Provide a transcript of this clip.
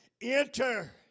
enter